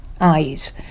eyes